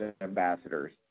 ambassadors